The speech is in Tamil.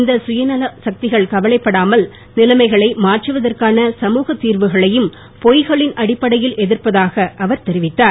இந்த சுயநல சக்திகள் கவலைப்படாமல் நிலைமைகளை மாற்றுவதற்கான சமுகத் திர்வுகளையும் பொய்களின் அடிப்படையில் எதிர்ப்பதாக அவர் தெரிவித்தார்